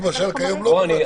כיום, למשל, הוא לא בוועדת שרים.